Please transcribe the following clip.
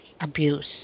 abuse